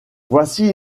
voici